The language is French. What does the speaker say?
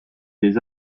des